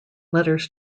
letters